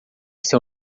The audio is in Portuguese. seu